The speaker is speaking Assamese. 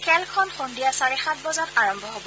খেলখন সন্ধিয়া চাৰে সাত বজাত আৰম্ভ হ'ব